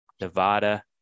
Nevada